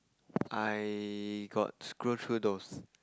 I got scroll through those